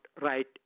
right